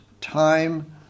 time